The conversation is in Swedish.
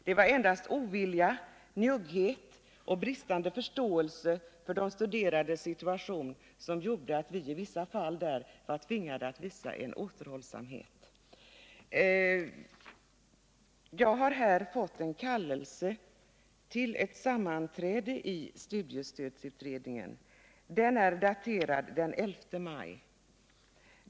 Det var endast ovilja, »jugghet och bristande förståelse för de studerandes situation som gjorde att vi i vissa fall var tvingade att visa återhållsamhet. Jag har fått en kallelse till ett sammanträde i studiestödsutredningen. Den är daterad den 11 maj.